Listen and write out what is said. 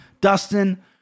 Dustin